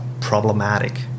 problematic